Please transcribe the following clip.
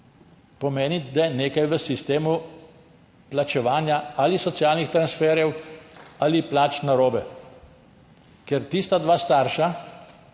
pomeni, da je nekaj v sistemu plačevanja ali socialnih transferjev ali plač narobe. Ker tista dva starša,